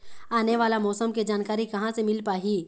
आने वाला मौसम के जानकारी कहां से मिल पाही?